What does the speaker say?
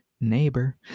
neighbor